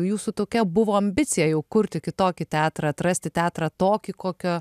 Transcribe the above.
jūsų tokia buvo ambicija jau kurti kitokį teatrą atrasti teatrą tokį kokio